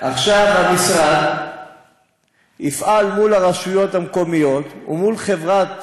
המשרד יפעל מול הרשויות המקומיות ומול חברת